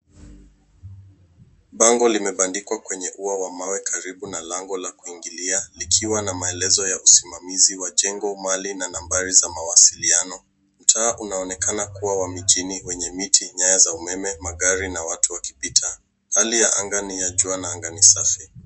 Bango limebandikwa kwenye ua wa mawe karibu na lango la kuingilia likiwa na maelezo ya usimamizi wa jengo, mali na nambari za mawasiliano. Mtaa unaonekana kuwa wa mijini wenye miti, nyaya za umeme, magari na watu wakipita. Hali ya anga ni ya jua na anga ni safi.